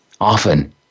often